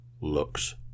looks